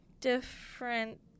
different